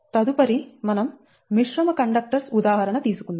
తదుపరి మనం మిశ్రమ కండక్టర్స్ ఉదాహరణ తీసుకుందాం